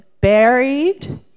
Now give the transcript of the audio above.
buried